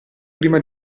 prima